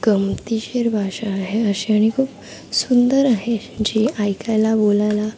गंमतीशीर भाषा आहे अशी आणि खूप सुंदर आहे जी ऐकायला बोलायला